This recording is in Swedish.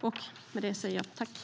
på allvar.